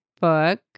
book